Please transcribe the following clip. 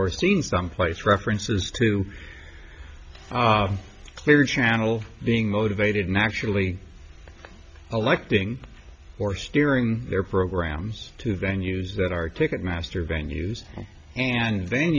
or seen someplace references to clear channel being motivated nationally electing or steering their programs to venues that are ticketmaster venue's and then